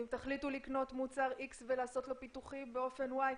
אם תחליטו לקנות מוצר X ולעשות לו פיתוחים באופן Y,